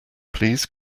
please